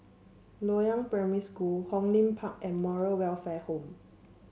Loyang Primary School Hong Lim Park and Moral Welfare Home